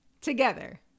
together